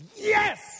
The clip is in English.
yes